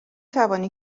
توانی